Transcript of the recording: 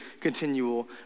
continual